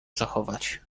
zachować